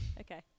Okay